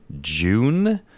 June